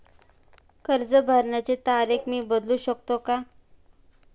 कर्ज भरण्याची तारीख मी बदलू शकतो का?